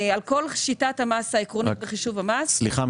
על כל שיטת המס העקרונית בחישוב המס --- סליחה,